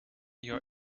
your